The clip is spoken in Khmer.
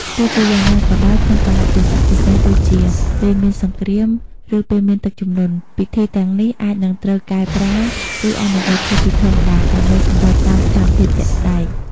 ទោះជាយ៉ាងណាក៏ដោយ ក្នុងកាលៈទេសៈពិសេសដូចជា ពេលមានសង្គ្រាម ឬ ពេលមានទឹកជំនន់ ពិធីទាំងនេះអាចនឹងត្រូវកែប្រែ ឬអនុវត្តន៍ខុសពីធម្មតា ដើម្បីសម្របតាមស្ថានភាពជាក់ស្តែង។